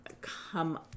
come